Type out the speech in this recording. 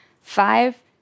Five